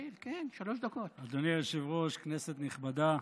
אדוני היושב-ראש, כנסת נכבדה,